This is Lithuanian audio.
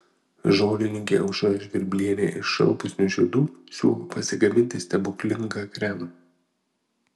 žolininkė aušra žvirblienė iš šalpusnių žiedų siūlo pasigaminti stebuklingą kremą